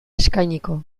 eskainiko